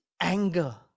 anger